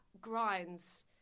grinds